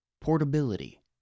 Portability